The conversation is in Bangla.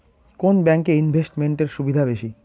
কোন ব্যাংক এ ইনভেস্টমেন্ট এর সুবিধা বেশি?